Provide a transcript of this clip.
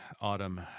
Autumn